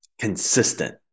Consistent